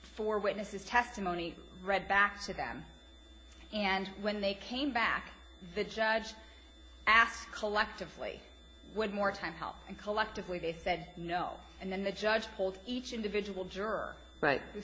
four witnesses testimony read back to them and when they came back the judge asked collectively one more time how and collectively they said no and then the judge told each individual juror but he